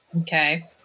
Okay